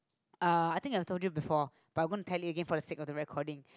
uh I think I told you before but I'm gonna tell you again for the sake of the recording